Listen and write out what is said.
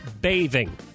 bathing